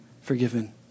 forgiven